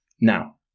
Now